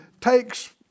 Takes